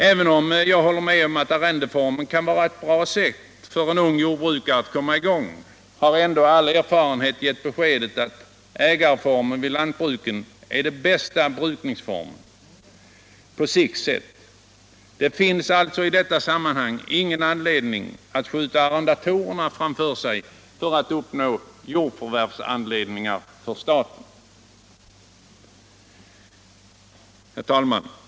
Även om jag håller med om att arrendeformen kan vara bra för en ung jordbrukare som vill komma i gång, så har ändå all erfarenhet gett beskedet att ägarformen på sikt är den bästa för utövandet av lantbruk. Det finns alltså i detta sammanhang ingen anledning att skjuta arrendatorerna framför sig för all uppnå jordförvärvsanledningar för staten.